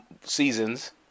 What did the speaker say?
seasons